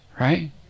right